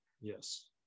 yes